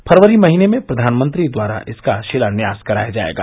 फरवरी महीने में प्रधानमंत्री द्वारा इसका शिलान्यास कराया जायेगा